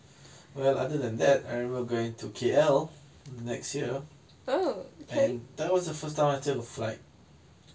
well other than that I remember going to K_L last year and that was the first time I took a flight